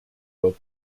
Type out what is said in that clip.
wird